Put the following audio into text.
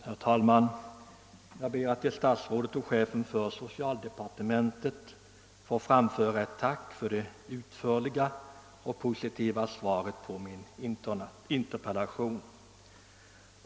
Herr talman! Jag ber att till statsrådet och chefen för socialdepartementet få framföra ett tack för det utförliga och positiva svaret på min interpellation.